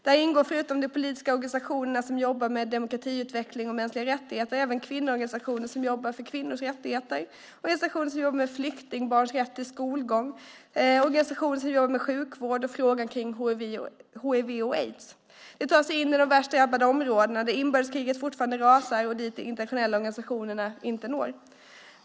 Där ingår förutom de politiska organisationerna som jobbar med demokratiutveckling och mänskliga rättigheter även kvinnoorganisationer som jobbar för kvinnors rättigheter, organisationer som jobbar med flyktingbarns rätt till skolgång och organisationer som jobbar med sjukvård och med frågan om hiv och aids. De tar sig in i de värst drabbade områdena där inbördeskriget fortfarande rasar och dit de internationella organisationerna inte når.